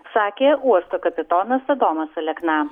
sakė uosto kapitonas adomas alekna